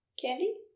Candy